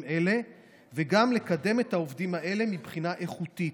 אלה וגם לקדם את העובדים האלה מבחינה איכותית.